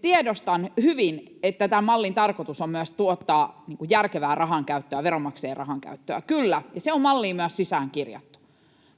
tiedostan hyvin, että tämän mallin tarkoitus on myös tuottaa järkevää rahankäyttöä, veronmaksajien rahankäyttöä. Kyllä, ja se on malliin myös sisään kirjattu.